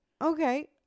Okay